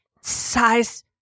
size